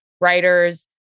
writers